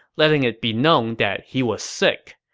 letting it be known that he was sick.